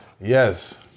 Yes